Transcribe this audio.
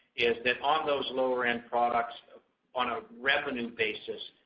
is that on those lower end products on a revenue basis,